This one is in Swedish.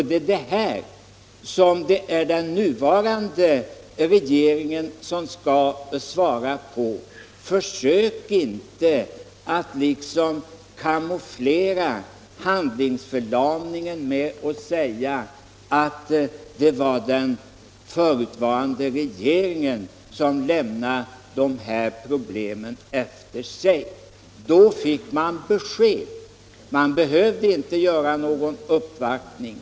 Det är detta som den nuvarande regeringen skall svara på. Försök inte camouflera handlingsförlamningen med att säga att det var den förutvarande regeringen som lämnade problemen efter sig! Då fick man "besked. Man behövde inte göra någon uppvaktning.